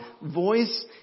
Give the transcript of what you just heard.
voice